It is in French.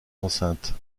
enceinte